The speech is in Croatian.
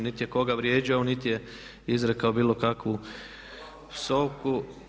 Niti je koga vrijeđao niti je izrekao bilo kakvu psovku.